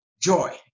joy